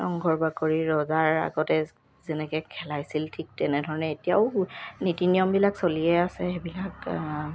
ৰংঘৰ বাকৰি ৰজাই আগতে যেনেকে খেলাইছিল ঠিক তেনেধৰণে এতিয়াও নীতি নিয়মবিলাক চলিয়ে আছে সেইবিলাক